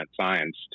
science